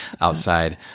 outside